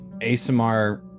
ASMR